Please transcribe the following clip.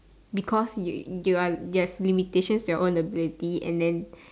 because you you are you has limitations to your own ability and then